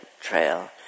trail